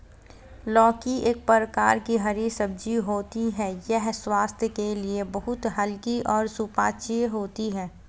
लौकी एक प्रकार की हरी सब्जी होती है यह स्वास्थ्य के लिए बहुत हल्की और सुपाच्य होती है